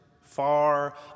far